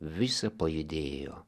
visa pajudėjo